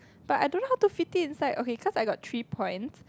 but I don't know how to fitting inside okay cause I got three points